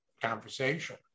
conversation